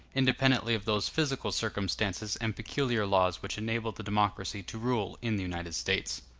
independently of those physical circumstances and peculiar laws which enable the democracy to rule in the united states.